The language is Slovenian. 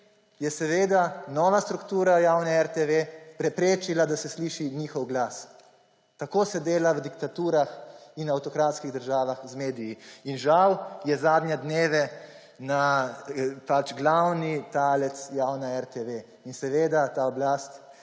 je seveda nova struktura javne RTV preprečila, da se sliši njihov glas. Tako se dela v diktaturah in avtokratskih državah z mediji. In žal je zadnje dneve glavni talec javna RTV in seveda si